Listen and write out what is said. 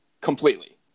Completely